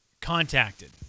Contacted